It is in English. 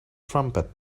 trumpet